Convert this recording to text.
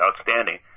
outstanding